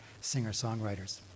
singer-songwriters